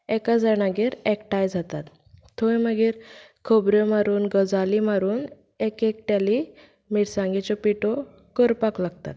एका जाणागेर एकठांय जातात थंय मागीर खबऱ्यो मारून गजाली मारून एक एकट्याली मिरसांगेच्यो पिठो करपाक लागतात